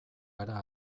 gara